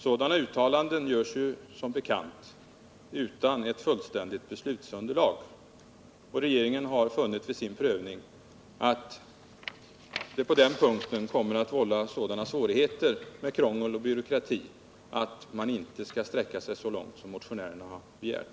Sådana uttalanden görs som bekant utan ett fullständigt beslutsunderlag, och regeringen har vid sin prövning funnit att förslaget på den här punkten kommer att vålla sådana svårigheter och åstadkomma så mycket krångel och byråkrati att man inte skall sträcka sig så långt som motionärerna har begärt.